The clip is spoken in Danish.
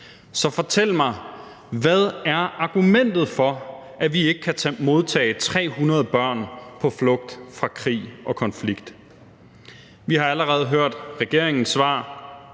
Så fortæl mig: Hvad er argumentet for, at vi ikke kan modtage 300 børn på flugt fra krig og konflikt? Vi har allerede hørt regeringens svar: